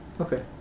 Okay